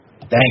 Thank